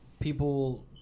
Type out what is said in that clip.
people